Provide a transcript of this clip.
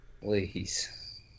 Please